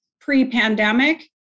pre-pandemic